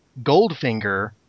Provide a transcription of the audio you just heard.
Goldfinger